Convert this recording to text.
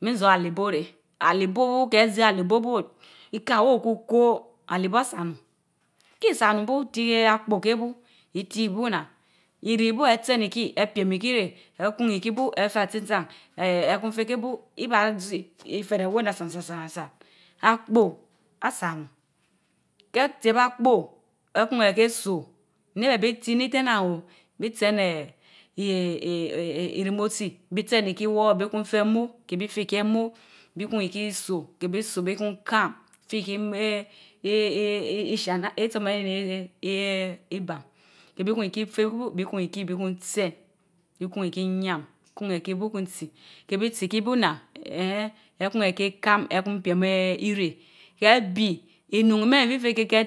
Min zór alibo réh, alibo bu Keh zii alibo bu, ikeh weh okuno, alibo a sa. onun kii sa-onun bu tie apoò keh bu iti bu nnan, iri bu etien ikii piem ikii ireh, ehun ikii bu éfa atsi tsa eeen ehun kéh kéh bu, ibaàzi iferèh weh néh san san san san. Apoò asan- onun. Keh tiéb apoò ekun ekéy soò neh bi tsi ini ten neh o, bi treneh eeeh. irim otsi, bi tien ikii woór bi kun feh émo keh bi feh émo, bi hun irii sọ, keh bi so bikun kah, feh iri ee ishana, itsomo eni eee. nbam, keh bi kun ikii teh bu, bi hun ikii kun tseh, bi kun ikii kun yiam, bi kun ikii bu hun tsi, keh bi tsi ikii bu nnan eeheen. ekun ekeh kam, ekun piem eeh ireh keh bii innun mehn fi feh kie